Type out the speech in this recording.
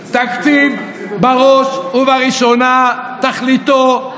תשאלו את ראש עיריית טבריה מה קרה לו כשהוא לא אישר תקציב.